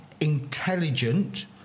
intelligent